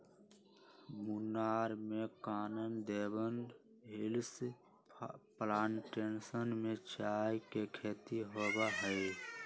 मुन्नार में Kanan Devan hills plantation में चाय के खेती होबा हई